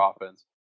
offense